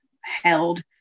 held